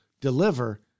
deliver